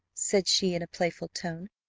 said she, in a playful tone,